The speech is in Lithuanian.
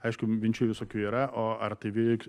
aišku minčių visokių yra o ar tai veik